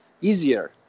easier